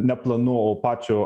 ne planų o pačio